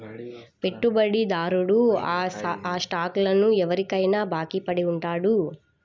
పెట్టుబడిదారుడు ఆ స్టాక్లను ఎవరికైనా బాకీ పడి ఉంటాడు